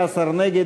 19 נגד,